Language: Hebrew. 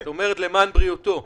את אומרת: למען בריאותו.